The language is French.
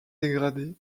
dégradé